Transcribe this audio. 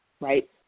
right